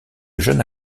jeune